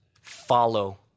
follow